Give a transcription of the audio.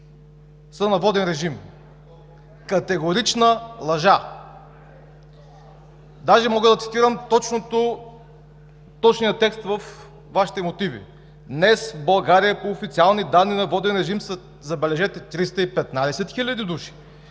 са на воден режим. Категорична лъжа! Даже мога да цитирам точния текст във Вашите мотиви: „Днес в България по официални данни на воден режим са, забележете, 315 хиляди